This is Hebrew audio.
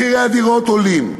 מחירי הדירות עולים,